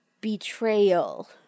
betrayal